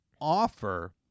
offer